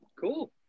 Cool